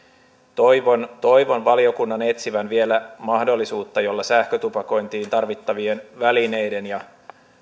toivon toivon valiokunnan etsivän vielä mahdollisuutta jolla sähkötupakointiin tarvittavien välineiden ja